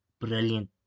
brilliant